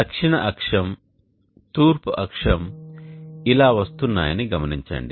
దక్షిణ అక్షం తూర్పు అక్షం ఇలా వస్తున్నాయని గమనించండి